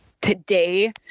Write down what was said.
today